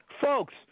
folks